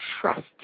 trust